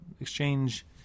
exchange